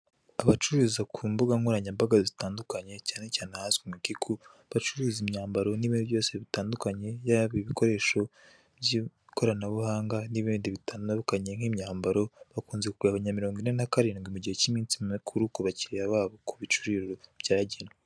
Abacururiza ku mbuga nkoranyambaga zitandukanye cyane cyane ahazwi nka kiku bacuruza imyambaro n'ibindi byose bitandukanye, yaba ibikoresho by'ikoranabuhanga n'ibindi bitandukanye nk'imyambaro bakunze kugabanya mirongo ine na karindwi mu gihe k'iminsi mikuru ku bakiriya babo ku bicuruzwa byagenwe.